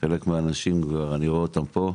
חלק מהאנשים כבר אני רואה אותם פה,